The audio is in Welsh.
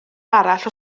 arall